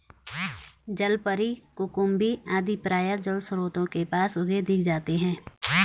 जलपरी, कुकुम्भी आदि प्रायः जलस्रोतों के पास उगे दिख जाते हैं